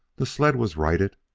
the sled was righted,